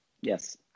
Yes